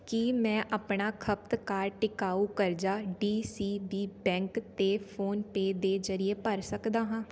ਕੀ ਮੈਂ ਆਪਣਾ ਖਪਤਕਾਰ ਟਿਕਾਊ ਕਰਜ਼ਾ ਡੀ ਸੀ ਬੀ ਬੈਂਕ ਅਤੇ ਫੋਨਪੇ ਦੇ ਜ਼ਰੀਏ ਭਰ ਸਕਦਾ ਹਾਂ